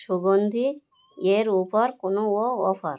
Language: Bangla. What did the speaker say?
সুগন্ধি এর ওপর কোনো অফার